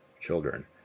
children